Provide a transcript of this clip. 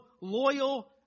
loyal